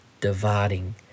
dividing